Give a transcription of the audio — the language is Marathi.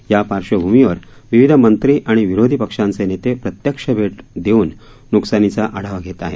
या पार्श्वभूमीवर विविध मंत्री आणि विरोधी पक्षांचे नेते प्रत्यक्ष भेट देऊन न्कसानीचा आढावा घेत आहेत